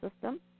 system